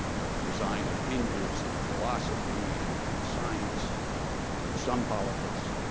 you know that design of hinges and philosophy and science and some politics.